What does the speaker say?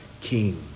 king